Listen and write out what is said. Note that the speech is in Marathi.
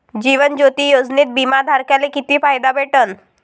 जीवन ज्योती योजनेत बिमा धारकाले किती फायदा भेटन?